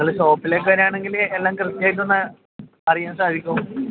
നിങ്ങൾ ഷോപ്പിലേക്ക് വരികയാണെങ്കിൽ എല്ലാം കൃത്യയമായിട്ട് ഒന്ന് അറിയാൻ സാധിക്കും